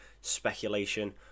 speculation